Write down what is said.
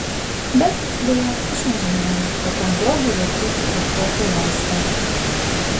bet deja aš nežinojau kokiam grobiui vertėtų eikvoti laisvę